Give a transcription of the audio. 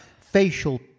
facial